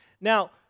Now